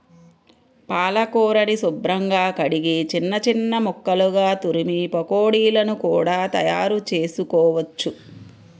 పాలకూరని శుభ్రంగా కడిగి చిన్న చిన్న ముక్కలుగా తురిమి పకోడీలను కూడా తయారుచేసుకోవచ్చు